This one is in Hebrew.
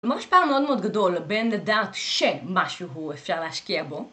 ממש פער מאוד מאוד גדול בין לדעת שמשהו אפשר להשקיע בו